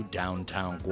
downtown